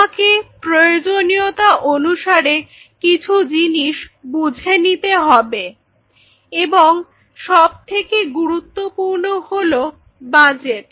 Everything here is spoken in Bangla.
তোমাকে প্রয়োজনীয়তা অনুসারে কিছু জিনিস বুঝে নিতে হবে এবং সব থেকে গুরুত্বপূর্ণ হলো বাজেট